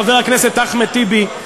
חבר הכנסת אחמד טיבי,